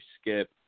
skip